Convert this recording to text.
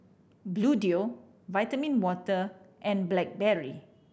Bluedio Vitamin Water and Blackberry